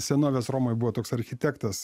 senovės romoj buvo toks architektas